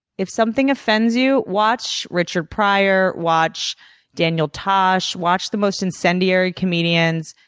if something offends you, watch richard pryor, watch daniel tosh. watch the most incendiary comedians.